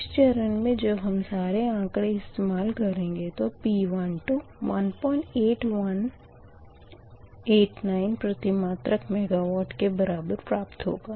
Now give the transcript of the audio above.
इस चरण मे जब हम सारे आँकड़े इस्तेमाल करेंगे तो P12 18189 प्रतिमात्रक मेगावाट के बराबर प्राप्त होगा